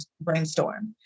brainstorm